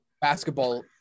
basketball